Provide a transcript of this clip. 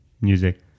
music